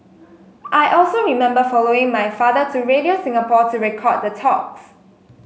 I also remember following my father to Radio Singapore to record the talks